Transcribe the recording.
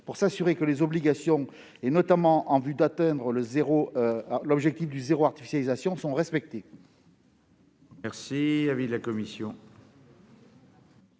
pour s'assurer que les obligations, notamment en vue d'atteindre l'objectif du « zéro artificialisation », sont respectées.